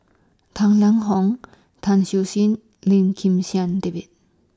Tang Lang Hong Tang Siew Sin Lim Kim San David